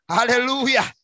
Hallelujah